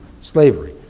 slavery